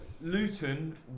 Luton